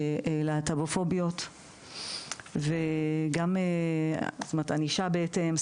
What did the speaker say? להט"בופוביות וגם ענישה בהתאם,